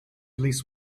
least